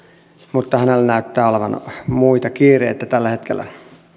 mutta hänellä näyttää olevan muita kiireitä tällä hetkellä